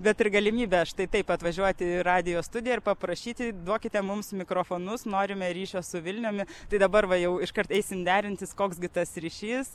bet ir galimybę štai taip atvažiuoti į radijo studiją ir paprašyti duokite mums mikrofonus norime ryšio su vilniumi tai dabar va jau iškart eisim derintis koks gi tas ryšys